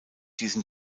diesen